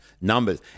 numbers